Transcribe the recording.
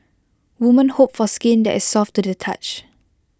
women hope for skin that is soft to the touch